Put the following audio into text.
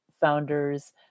founders